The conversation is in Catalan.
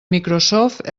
microsoft